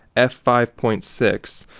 f five point six.